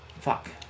fuck